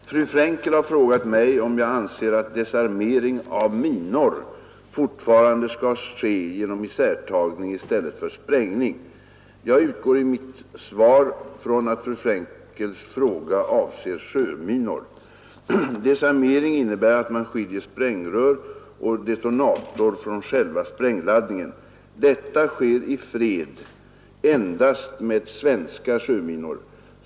Herr talman! Fru Frenkel har frågat mig om jag anser att desarmering av minor fortfarande skall ske genom isärtagning i stället för sprängning. Jag utgår i mitt svar från att fru Frenkels fråga avser sjöminor. Desarmering innebär att man skiljer sprängrör och detonator från själva sprängladdningen. Detta sker i fred endast med svenska sjöminor.